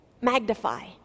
magnify